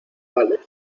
vale